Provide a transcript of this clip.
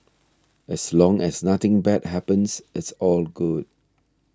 as long as nothing bad happens it's all good